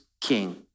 king